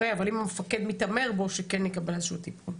אבל אם המפקד מתעמר בו שכן יקבל איזה שהוא טיפול.